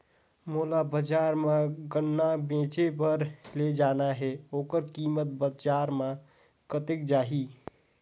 मोला बजार मां गन्ना बेचे बार ले जाना हे ओकर कीमत बजार मां कतेक जाही?